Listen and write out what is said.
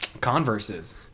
Converse's